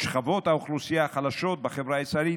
שכבות האוכלוסייה החלשות בחברה הישראלית